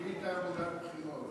בלי תעמולת בחירות.